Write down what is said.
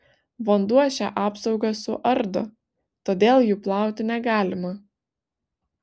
vanduo šią apsaugą suardo todėl jų plauti negalima